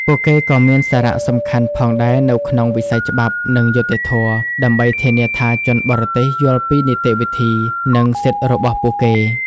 ពួកគេក៏មានសារៈសំខាន់ផងដែរនៅក្នុងវិស័យច្បាប់ និងយុត្តិធម៌ ដើម្បីធានាថាជនបរទេសយល់ពីនីតិវិធី និងសិទ្ធិរបស់ពួកគេ។